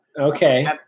Okay